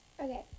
Okay